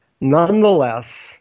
Nonetheless